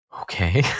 okay